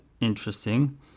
interesting